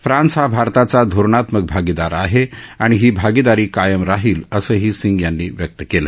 France हा भारताचा धोरणात्मक भागीदार आहे आणि ही भागीदारी कायम राहील असंही सिंग यांनी व्यक्त केलं